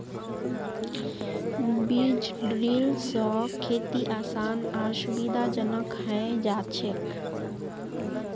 बीज ड्रिल स खेती आसान आर सुविधाजनक हैं जाछेक